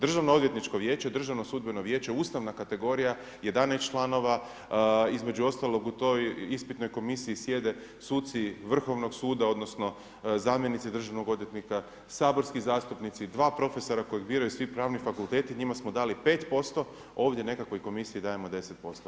Državno odvjetničko vijeće, državno sudbeno vijeće, ustavna kategorija, 11 članova, između ostalog u toj ispitnoj komisiji sjede suci Vrhovnog suda odnosno zamjenici državnog odvjetnika, saborski zastupnici, dva profesora koje biraju svi pravni fakulteti, njima smo dali 5%, ovdje nekakvoj komisiji dajemo 10%